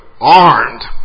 armed